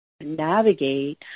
navigate